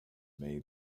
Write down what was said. may